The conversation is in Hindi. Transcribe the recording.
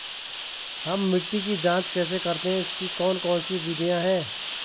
हम मिट्टी की जांच कैसे करते हैं इसकी कौन कौन सी विधियाँ है?